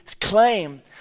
claim